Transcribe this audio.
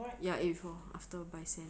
ya eat before after by sem